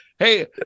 hey